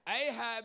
Ahab